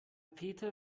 peters